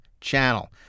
channel